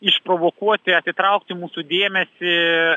išprovokuoti atitraukti mūsų dėmesį